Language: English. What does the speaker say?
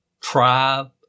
tribe